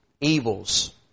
evils